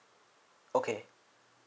okay